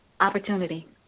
opportunity